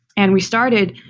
and we started,